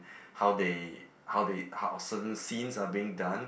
how they how they how awesome scenes are being done